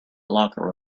locker